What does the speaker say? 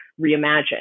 reimagine